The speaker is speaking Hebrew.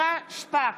נירה שפק,